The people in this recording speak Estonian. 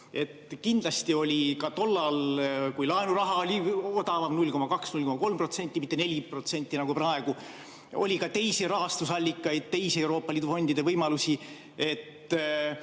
Kindlasti oli ka tollal, kui laenuraha oli odavam – 0,2%–0,3%, mitte 4%, nagu praegu –, teisi rahastusallikaid, teisi Euroopa Liidu fondide võimalusi.